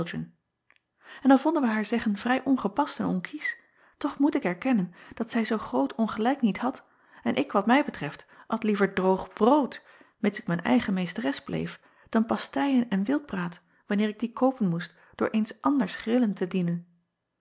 en al vonden wij haar zeggen vrij ongepast en onkiesch toch moet ik erkennen dat zij zoo groot ongelijk niet had en ik wat mij betreft at liever droog brood mids ik mijn eigen meesteres bleef dan pastijen en wildbraad wanneer ik die koopen moest door eens anders grillen te dienen